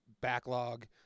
backlog